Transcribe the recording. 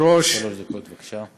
שלוש דקות, בבקשה.